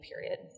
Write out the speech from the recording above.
period